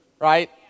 right